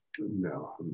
No